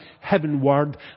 Heavenward